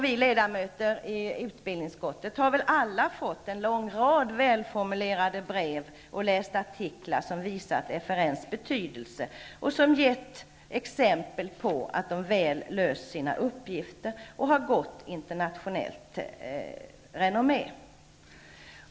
Vi ledamöter i utbildningsutskottet har väl alla fått en lång rad väl formulerade brev och läst artiklar som visar FRN:s betydelse och som gett exempel på att den väl har utfört sina uppgifter och har gott internationellt renommé.